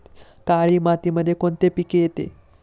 काळी मातीमध्ये कोणते पिके येते?